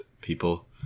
people